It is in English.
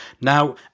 Now